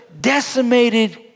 decimated